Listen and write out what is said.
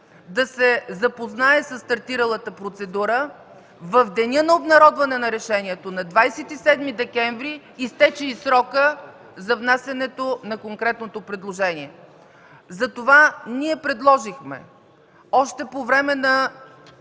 да се запознае със стартиралата процедура, в деня на обнародване на решението – на 27 декември, изтече и срокът за внасянето на конкретното предложение. Затова ние предложихме още по време на